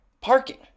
parking